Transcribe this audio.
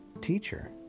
Teacher